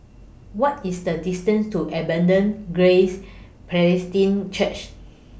What IS The distance to Abundant Grace Presbyterian Church